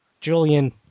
julian